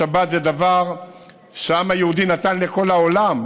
השבת זה דבר שהעם היהודי נתן לכל העולם,